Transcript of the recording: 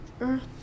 earth